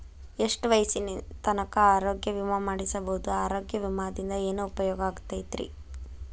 ಎಷ್ಟ ವಯಸ್ಸಿನ ತನಕ ಆರೋಗ್ಯ ವಿಮಾ ಮಾಡಸಬಹುದು ಆರೋಗ್ಯ ವಿಮಾದಿಂದ ಏನು ಉಪಯೋಗ ಆಗತೈತ್ರಿ?